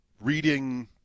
reading